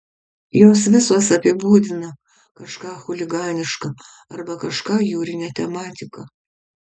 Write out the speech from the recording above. jos visos apibūdina kažką chuliganiška arba kažką jūrine tematika